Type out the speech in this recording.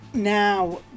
Now